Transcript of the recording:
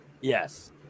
Yes